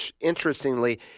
Interestingly